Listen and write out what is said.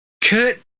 Kurt